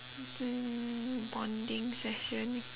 mm bonding session